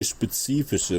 spezifische